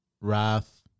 wrath